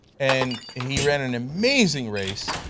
and he ran an amazing race.